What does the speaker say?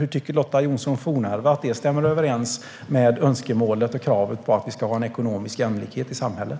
Hur tycker Lotta Johnsson Fornarve att det stämmer överens med önskemålet och kravet på att vi ska ha ekonomisk jämlikhet i samhället?